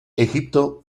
egipto